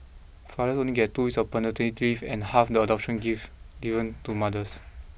fathers only get two weeks of paternity leave and half the adoption give given to mothers